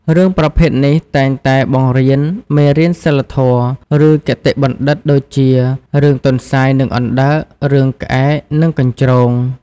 រឿងប្រភេទនេះតែងតែបង្រៀន មេរៀនសីលធម៌ ឬគតិបណ្ឌិត ដូចជា រឿងទន្សាយ និងអណ្ដើក រឿងក្អែក និងកញ្ជ្រោង ។